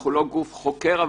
אנחנו לא גוף חוקר,